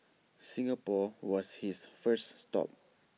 Singapore was his first stop